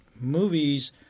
movies